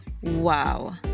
wow